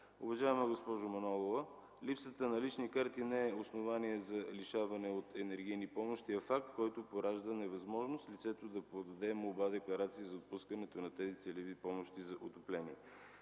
Уважаема госпожо Манолова, липсата на лични карти не е основание за лишаване от енергийни помощи, а е факт, който поражда невъзможност лицето да подаде молба-декларация за отпускането на тези целеви помощи за отопление.